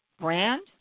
brand